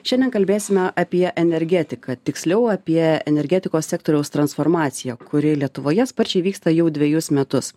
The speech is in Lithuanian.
šiandien kalbėsime apie energetiką tiksliau apie energetikos sektoriaus transformaciją kuri lietuvoje sparčiai vyksta jau dvejus metus